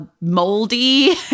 moldy